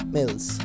Mills